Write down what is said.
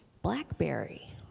blackberry.